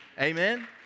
Amen